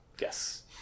yes